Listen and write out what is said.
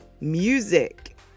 music